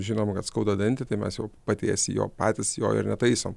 žinom kad skauda dantį tai mes jo paties jo patys jo netaisom